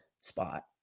spot